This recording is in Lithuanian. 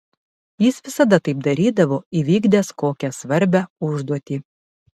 jis visada taip darydavo įvykdęs kokią svarbią užduotį